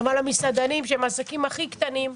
אבל המסעדנים שהם העסקים הכי קטנים,